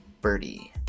Birdie